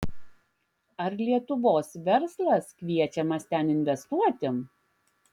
ar lietuvos verslas kviečiamas ten investuoti